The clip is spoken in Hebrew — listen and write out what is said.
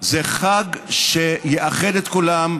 זה חג שיאחד את כולם,